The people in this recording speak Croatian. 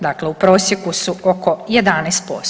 Dakle, u prosjeku su oko 11%